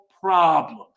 problem